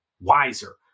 wiser